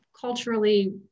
culturally